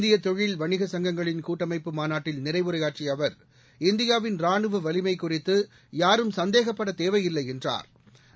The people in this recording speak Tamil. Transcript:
இந்திய தொழில் வணிக கங்கங்களின் கூட்டமைப்பு மாநாட்டில் நிறைவுரையாற்றிய அவர் இந்தியாவின் ராணுவ வலிமை குறித்து யாரும் சந்தேகப்பட தேவையில்லை என்றாா்